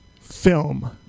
film